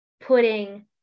putting